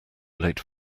late